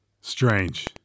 Strange